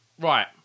Right